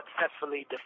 successfully